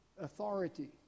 authority